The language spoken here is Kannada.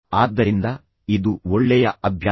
ಆದ್ದರಿಂದ ಇದು ಒಳ್ಳೆಯ ಅಭ್ಯಾಸ